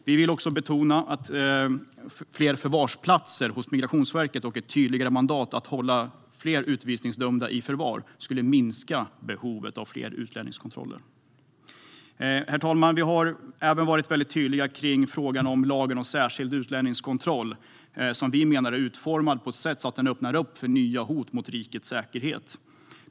Vi vill också betona att fler förvarsplatser hos Migrationsverket och ett tydligare mandat att hålla fler utvisningsdömda i förvar skulle minska behovet av fler utlänningskontroller. Herr talman! Vi har även varit väldigt tydliga kring frågan om lagen om särskild utlänningskontroll som vi menar är utformad på ett sådant sätt att den öppnar upp för nya hot mot rikets säkerhet.